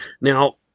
Now